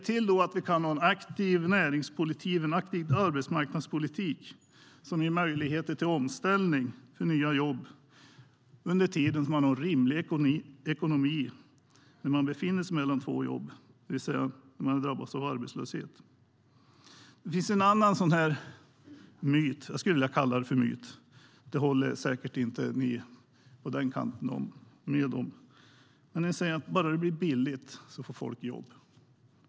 Till detta kan man lägga en aktiv näringspolitik och en aktiv arbetsmarknadspolitik som ger möjligheter till omställning till nya jobb och en rimlig ekonomi under tiden man befinner sig mellan två jobb, det vill säga när man har drabbats av arbetslöshet. Det finns en myt - jag vill kalla det så, även om man säkert inte håller med på den borgerliga kanten - nämligen att bara det blir billigt får folk jobb.